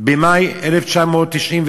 במאי 1994,